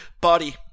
body